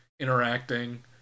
interacting